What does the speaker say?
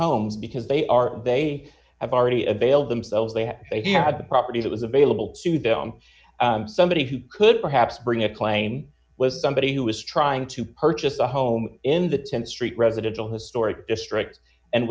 homes because they are they have already availed themselves they had they had the property that was available to them somebody who could perhaps bring a claim with somebody who was trying to purchase a home in the th street residential historic district and